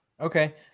okay